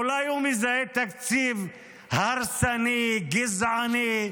אולי הוא מזהה תקציב הרסני, גזעני?